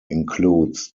includes